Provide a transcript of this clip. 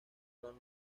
gran